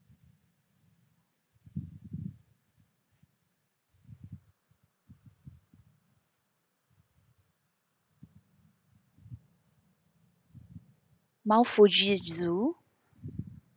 mount fuji zoo